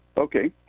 okay.